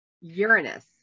Uranus